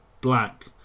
Black